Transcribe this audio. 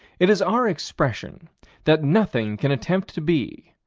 it is our expression that nothing can attempt to be,